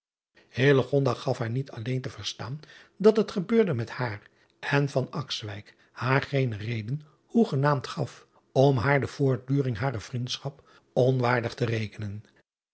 gaf haar niet alleen te verstaan dat het gebeurde met haar en haar geene reden hoegenaamd gaf om haar de voortduring harer vriendschap onwaardig te rekenen